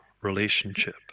relationship